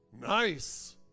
nice